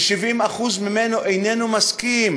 ש-70% ממנו איננו מסכים